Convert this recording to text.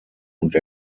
und